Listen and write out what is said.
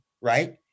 right